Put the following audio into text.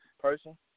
person